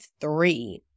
three